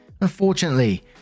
Unfortunately